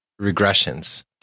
regressions